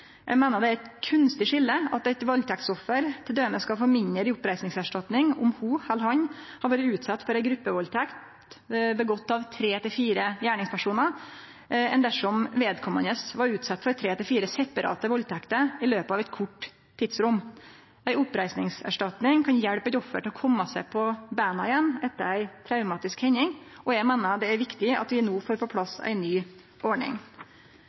Eg meiner det er eit kunstig skilje at eit valdtektsoffer t.d. skal få mindre i oppreisningserstatning om ho eller han har vore utsett for ei gruppevaldtekt gjord av tre–fire gjerningspersonar enn dersom vedkomande var utsett for tre–fire separate valdtekter i løpet av eit kort tidsrom. Ei oppreisningserstatning kan hjelpe eit offer til å kome seg på beina igjen etter ei traumatisk hending, og eg meiner det er viktig at vi no får på plass ei ny ordning.